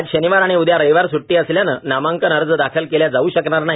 आज शनिवार आणि उद्या रविवार सुट्टी असल्याने नामांकन अर्ज दाखल केल्या जाऊ शकणार नाही